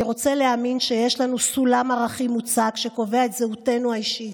אני רוצה להאמין שיש לנו סולם ערכים מוצק שקובע את זהותנו האישית,